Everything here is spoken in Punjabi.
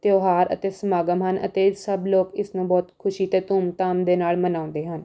ਤਿਉਹਾਰ ਅਤੇ ਸਮਾਗਮ ਹਨ ਅਤੇ ਸਭ ਲੋਕ ਇਸਨੂੰ ਬਹੁਤ ਖੁਸ਼ੀ ਅਤੇ ਧੂਮ ਧਾਮ ਦੇ ਨਾਲ ਮਨਾਉਂਦੇ ਹਨ